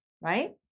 right